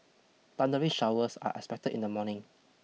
thundery showers are expected in the morning